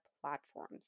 platforms